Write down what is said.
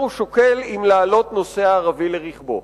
הוא שוקל אם להעלות נוסע ערבי לרכבו,